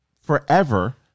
Forever